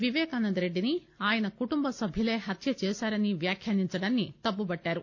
విపేకాందరెడ్డిని ఆయన కుటుంబ సభ్యులే హత్యచేశారని వ్యాఖ్యానించడాన్ని తప్పుబట్టారు